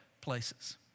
places